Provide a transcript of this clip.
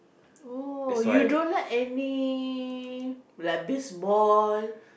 oh you don't like any like baseball